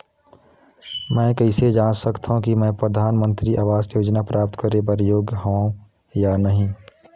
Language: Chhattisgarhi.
मैं कइसे जांच सकथव कि मैं परधानमंतरी आवास योजना प्राप्त करे बर योग्य हववं या नहीं?